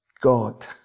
God